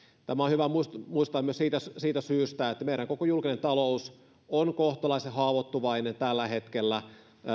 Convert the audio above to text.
tämä on hyvä muistaa myös siitä syystä että meidän koko julkinen talous on kohtalaisen haavoittuvainen tällä hetkellä